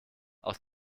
aus